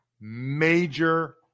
major